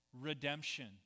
redemption